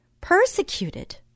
persecuted